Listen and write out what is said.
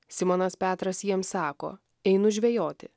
simonas petras jiems sako einu žvejoti